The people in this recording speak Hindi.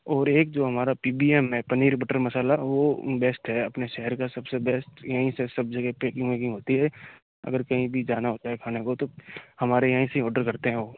और एक जो हमारा पी बी एम है पनीर बटर मसाला वह बेस्ट है अपने शहर का सबसे बेस्ट यहीं से सब जगह पैकिन्ग वैकिन्ग होती है अगर कहीं भी जाना होता है खाने को तो हमारे यहीं से ऑर्डर करते हैं वह